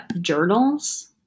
Journals